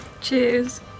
Cheers